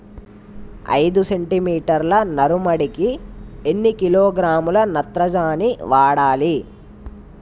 ఐదు సెంటిమీటర్ల నారుమడికి ఎన్ని కిలోగ్రాముల నత్రజని వాడాలి?